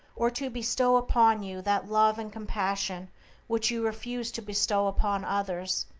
or to bestow upon you that love and compassion which you refuse to bestow upon others,